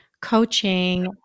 coaching